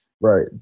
right